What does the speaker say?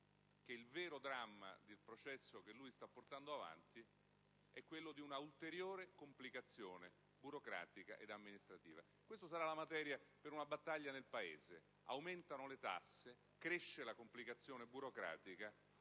il vero dramma del processo che lui sta portando avanti è quello di un'ulteriore complicazione burocratica ed amministrativa. Questa sarà materia per una battaglia nel Paese: aumentano le tasse, cresce la complicazione burocratica,